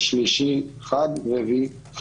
לשלישי ולרביעי.